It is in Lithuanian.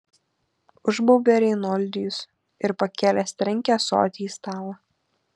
užbaubė reinoldijus ir pakėlęs trenkė ąsotį į stalą